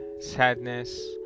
sadness